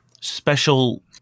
special